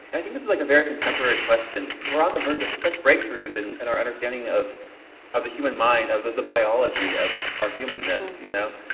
i think it's like a very contemporary question, we are on the verge of such breakthroughs in and our understanding of of the human mind, of the the biology of our humanness, you know,